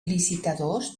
licitadors